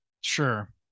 Sure